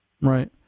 Right